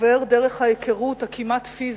עובר דרך ההיכרות, הכמעט פיזית,